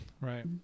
Right